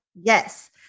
Yes